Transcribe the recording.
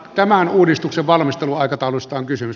tämän uudistuksen valmisteluaikataulusta on kysymys